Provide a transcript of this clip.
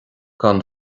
gan